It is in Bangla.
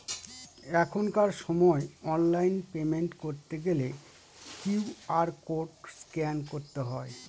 এখনকার সময় অনলাইন পেমেন্ট করতে গেলে কিউ.আর কোড স্ক্যান করতে হয়